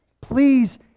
please